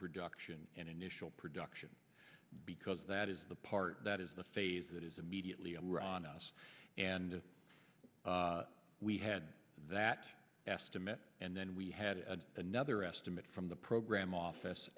production and initial production because that is the part that is the phase that is immediately were on us and we had that estimate and then we had another estimate from the program office